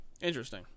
interesting